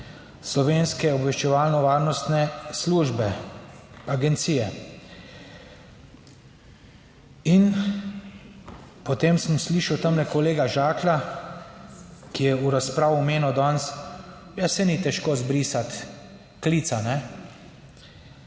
Slovenske obveščevalno varnostne službe, agencije. In potem sem slišal tamle kolega Žaklja, ki je v razpravi omenil danes, ja saj ni težko zbrisati klica,